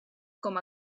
com